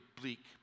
bleak